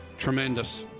tremendous.